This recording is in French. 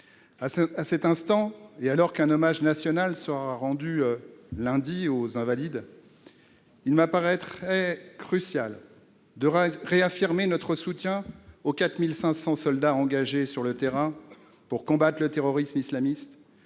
À cet instant, alors qu'un hommage national sera rendu aux Invalides lundi prochain, il me paraît crucial de réaffirmer notre soutien aux 4 500 soldats engagés sur le terrain pour combattre le terrorisme islamiste